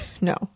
No